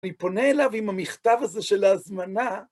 אני פונה אליו עם המכתב הזה של ההזמנה.